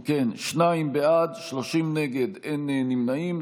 אם כן, שניים בעד, 30 נגד, אין נמנעים.